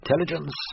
intelligence